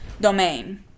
domain